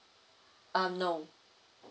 um no